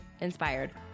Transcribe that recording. Inspired